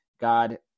God